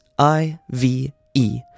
I-V-E